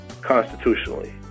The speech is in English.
constitutionally